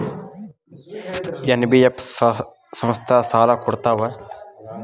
NBF ಸಂಸ್ಥಾ ಸಾಲಾ ಕೊಡ್ತಾವಾ?